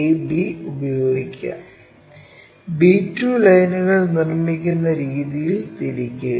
ab ഉപയോഗിക്കുക b 2 ലൈനുകൾ നിർമ്മിക്കുന്ന രീതിയിൽ തിരിക്കുക